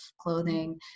clothing